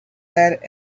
lead